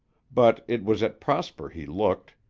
but it was at prosper he looked,